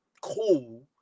cool